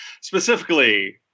specifically